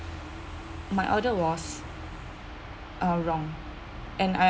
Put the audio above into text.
my order was uh wrong and I